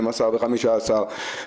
12 ו-15 אנשים,